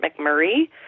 McMurray